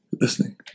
listening